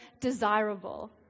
desirable